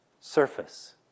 surface